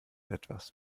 etwas